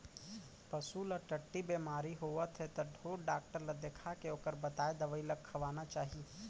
पसू ल टट्टी बेमारी होवत हे त ढोर डॉक्टर ल देखाके ओकर बताए दवई ल खवाना चाही